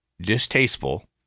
distasteful